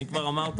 ממרץ